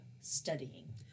studying